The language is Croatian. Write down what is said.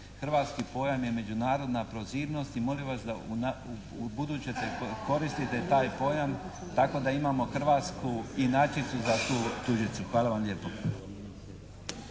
hrvatski pojam je međunarodna prozivnost i molim vas da ubuduće koristite taj pojam tako da imamo hrvatsku inačicu za tu tuđicu. Hvala vam lijepo.